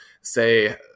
say